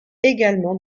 également